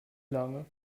lange